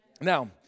Now